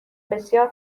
بسیار